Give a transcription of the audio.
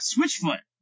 Switchfoot